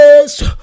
yes